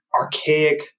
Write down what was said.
archaic